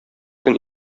көн